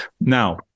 Now